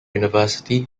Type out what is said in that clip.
university